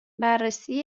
بررسی